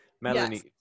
Melanie